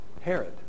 Herod